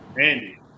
Andy